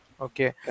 Okay